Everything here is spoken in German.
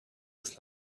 des